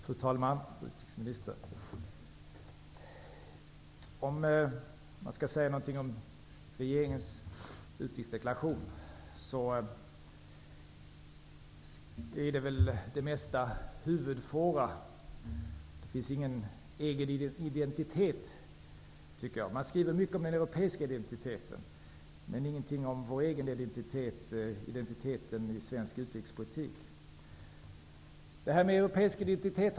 Fru talman! Fru utrikesminister! Om man skall säga något om regeringens utrikesdeklaration, är det mesta en huvudfåra. Det finns ingen egen identitet i den. Man skriver mycket om den europeiska identiteten, men ingenting om vår egen identitet, identiteten i svensk utrikespolitik. Vi har tidigare talat om europeisk identitet.